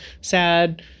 sad